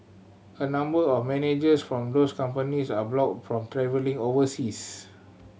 a number of managers from those companies are blocked from travelling overseas